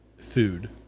food